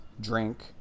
drink